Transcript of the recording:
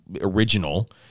original